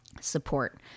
support